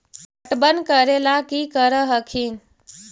पटबन करे ला की कर हखिन?